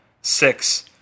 Six